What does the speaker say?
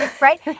Right